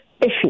issue